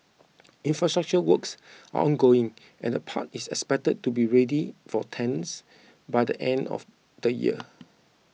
infrastructure works are ongoing and the park is expected to be ready for tenants by the end of the year